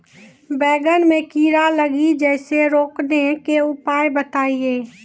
बैंगन मे कीड़ा लागि जैसे रोकने के उपाय बताइए?